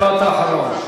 משפט אחרון.